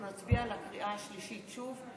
אנחנו נצביע בקריאה השלישית שוב,